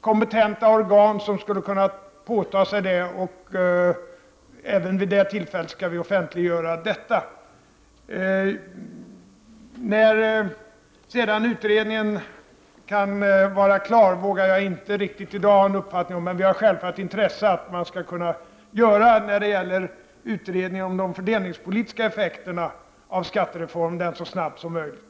kompetenta organ som skulle kunna påta sig uppgiften, och även detta skall vi offentliggöra vid det tillfället. När sedan utredningen kan vara klar vågar jag i dag inte ha någon riktig uppfattning om, men vi har självfallet ett intresse av att utredningen om de fördelningspolitiska effekterna av skattereformen genomförs så snabbt som möjligt.